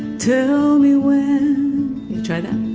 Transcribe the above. tell me when try that?